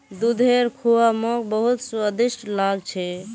दूधेर खुआ मोक बहुत स्वादिष्ट लाग छ